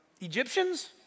Egyptians